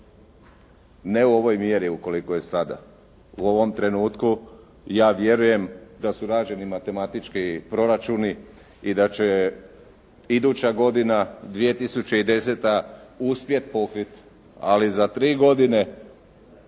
Ne u ovoj mjeri u kolikoj je sada. U ovom trenutku ja vjerujem da su rađeni matematički proračuni i da će iduća godina 2010. uspjeti pokriti, ali za tri godine